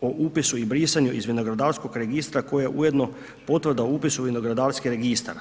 po upisu i brisanju iz vinogradskog registra koja je ujedno potvrda o upisu u vinogradski registar.